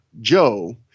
Joe